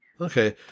okay